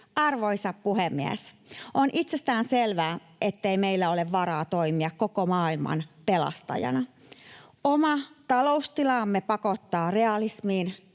Arvoisa puhemies! On itsestään selvää, ettei meillä ole varaa toimia koko maailman pelastajana. Oma taloustilanteemme pakottaa realismiin